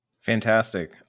Fantastic